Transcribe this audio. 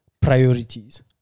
priorities